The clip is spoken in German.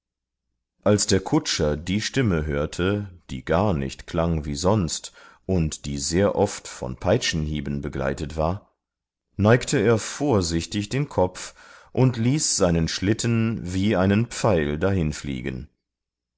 als der kutscher die stimme hörte die gar nicht klang wie sonst und die sehr oft von peitschenhieben begleitet war neigte er vorsichtig den kopf und ließ seinen schlitten wie einen pfeil dahinfliegen